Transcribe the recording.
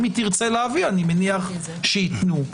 אם תרצה להביא אני מניח שייתנו.